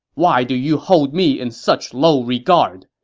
why do you hold me in such low regard!